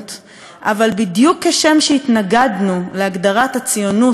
אבל בדיוק כשם שהתנגדנו להגדרת הציונות כגזענות,